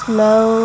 Slow